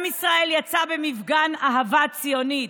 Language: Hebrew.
עם ישראל יצא במפגן אהבה ציונית.